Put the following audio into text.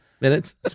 Minutes